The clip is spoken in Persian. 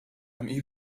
جمعی